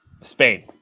Spain